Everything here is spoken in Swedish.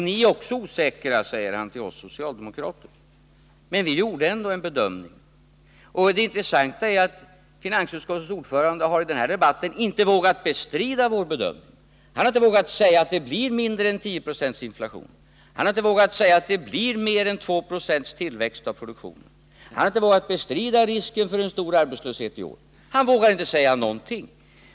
Ni är också osäkra, sade han till oss socialdemokrater. Men vi gjorde ändå en bedömning. Det intressanta är att finansutskottets ordförande i denna debatt inte har vågat bestrida vår bedömning. Han har inte vågat säga att det blir mindre än 10 2 inflation eller det blir mer än 2 4 tillväxt i produktionen. Han har inte vågat bestrida risken för en stor arbetslöshet i år. Han vågar inte säga någonting.